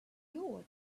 york